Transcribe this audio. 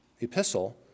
epistle